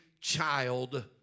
child